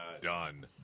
done